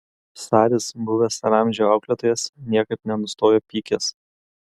saris buvęs ramzio auklėtojas niekaip nenustojo pykęs